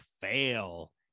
fail